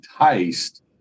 enticed